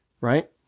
right